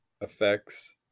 effects